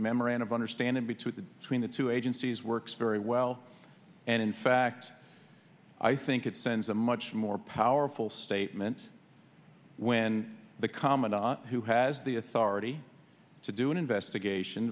memorandum of understanding between the tween the two agencies works very well and in fact i think it sends a much more powerful statement when the commandant who has the authority to do an investigation